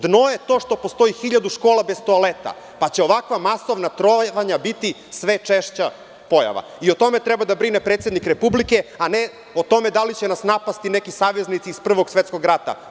Dno je to što postoji hiljadu škola bez toaleta, pa će ovakva masovna trovanja biti sve češća pojava i o tome treba da brine predsednik Republike, a ne o tome da li će nas napasti neki saveznici iz Prvog svetskog rada.